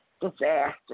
disaster